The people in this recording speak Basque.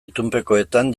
itunpekoetan